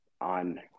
on